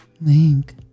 Link